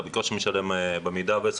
אתה בקושי משלם שכירות.